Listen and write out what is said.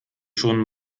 schon